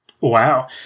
Wow